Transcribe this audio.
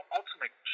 ultimate